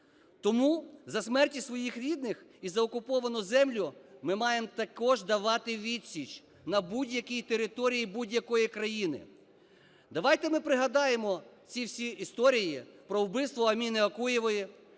Тому за смерті своїх рідних і за окуповану землю ми маємо також давати відсіч на будь-якій території будь-якої країни. Давайте ми пригадаємо ці всі історії про вбивство Аміни Окуєвої,